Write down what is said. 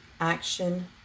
action